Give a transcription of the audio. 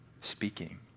speaking